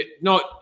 no